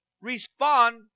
respond